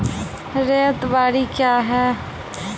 रैयत बाड़ी क्या हैं?